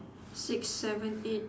six seven eight